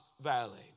Valley